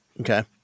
Okay